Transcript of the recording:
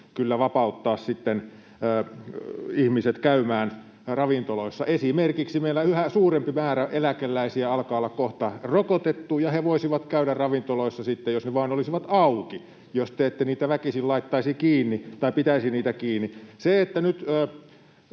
vapauttaa ihmiset käymään ravintoloissa. Meillä esimerkiksi yhä suurempi määrä eläkeläisiä alkaa olla kohta rokotettuja, ja he voisivat sitten käydä ravintoloissa, jos ne vain olisivat auki, jos te ette väkisin pitäisi niitä kiinni. Se, että nyt